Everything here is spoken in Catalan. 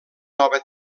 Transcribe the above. nova